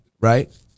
right